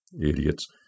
Idiots